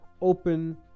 open